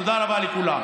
תודה רבה לכולם.